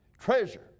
treasure